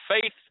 Faith